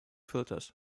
filters